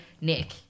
Nick